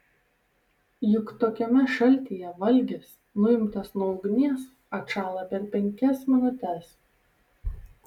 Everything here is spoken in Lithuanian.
juk tokiame šaltyje valgis nuimtas nuo ugnies atšąla per penkias minutes